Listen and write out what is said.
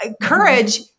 courage